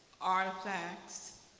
artifacts,